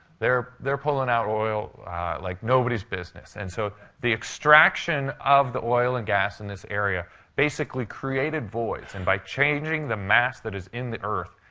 they're they're pulling out oil like nobody's business. and so the extraction of the oil and gas in this area basically created voids. and by changing the mass that is in the earth,